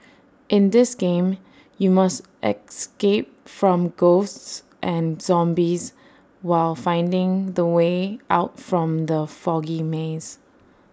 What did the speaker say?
in this game you must escape from ghosts and zombies while finding the way out from the foggy maze